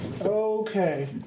Okay